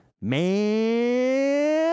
man